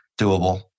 doable